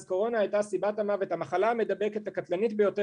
קורונה הייתה המחלקה המידבקת הקטלנית ביותר